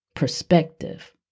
perspective